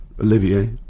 Olivier